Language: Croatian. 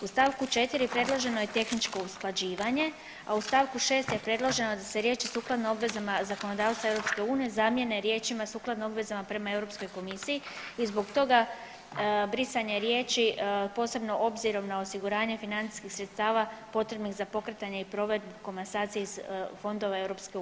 U st. 4. predloženo je tehničkog usklađivanje, a u st. 6. je predloženo da se riječi sukladno obvezama zakonodavstva EU zamjene riječima sukladno obvezama prema Europskoj komisiji i zbog toga brisanje riječi posebno obzirom na osiguranje financijskih sredstava potrebnih za pokretanje i provedbu komasacija iz fondova EU.